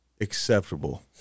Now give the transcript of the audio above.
acceptable